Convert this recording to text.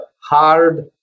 hard